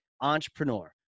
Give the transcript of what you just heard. entrepreneur